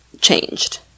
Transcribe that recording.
changed